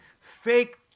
fake